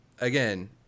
Again